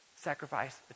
sacrifice